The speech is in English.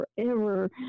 forever